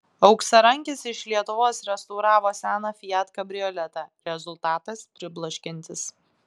auksarankis iš lietuvos restauravo seną fiat kabrioletą rezultatas pribloškiantis